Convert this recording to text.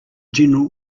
general